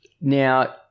Now